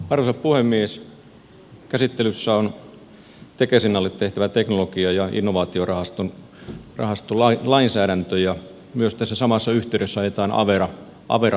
käsittelyssä on tekesin alle tehtävä teknologia ja innovaatiorahastolainsäädäntö ja tässä samassa yhteydessä myös ajetaan avera hiljakseen alas